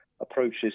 approaches